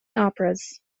operas